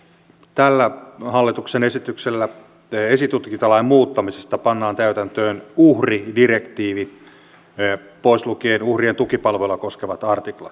tällä hallituksen esityksellä esitutkintalain muuttamisesta pannaan täytäntöön uhridirektiivi pois lukien uhrien tukipalvelua koskevat artiklat